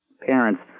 parents